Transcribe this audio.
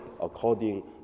according